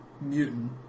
mutant